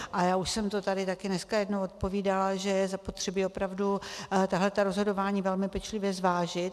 A já už jsem to tady taky dneska jednou odpovídala, že je zapotřebí opravdu tahle rozhodování velmi pečlivě zvážit.